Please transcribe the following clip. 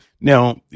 Now